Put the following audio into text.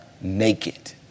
naked